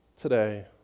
today